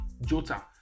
Jota